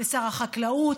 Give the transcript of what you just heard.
לשר החקלאות: